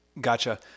Gotcha